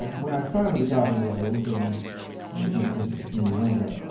um when i finally got enrolled and i won't make this any longer.